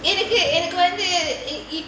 எனக்கு எனக்கு வந்து:enaku enaku vanthu